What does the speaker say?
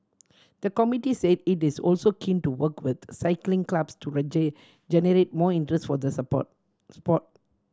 the committee said it is also keen to work with cycling clubs to generate more interest for the sport sport